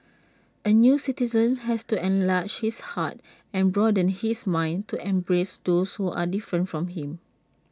A new citizen has to enlarge his heart and broaden his mind to embrace those who are different from him